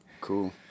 Cool